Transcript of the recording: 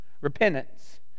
repentance